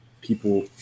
People